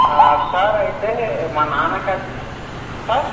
sir అయితే మా నాన్నకి సార్